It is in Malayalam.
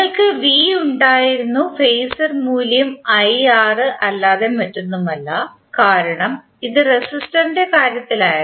നിങ്ങൾക്ക് വി ഉണ്ടായിരുന്നു ഫെയ്സർ മൂല്യം ഐആർ അല്ലാതെ മറ്റൊന്നുമല്ല കാരണം ഇത് റെസിസ്റ്ററിന്റെ കാര്യത്തിലായിരുന്നു